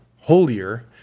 holier